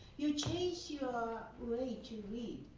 you changed your way to read.